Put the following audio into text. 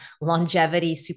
longevity